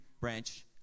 branch